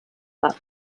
that